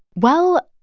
well,